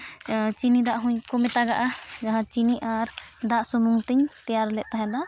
ᱪᱤᱱᱤ ᱫᱟᱜ ᱦᱚᱸᱠᱚ ᱢᱮᱛᱟᱜᱟᱜᱼᱟ ᱡᱟᱦᱟᱸ ᱪᱤᱱᱤ ᱟᱨ ᱫᱟᱜ ᱥᱩᱢᱩᱱ ᱛᱤᱧ ᱛᱮᱭᱟᱨ ᱞᱮᱜ ᱛᱟᱦᱮᱸᱫ ᱫᱚ